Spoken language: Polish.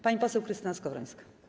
Pani poseł Krystyna Skowrońska.